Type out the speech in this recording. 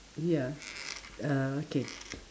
ya uh okay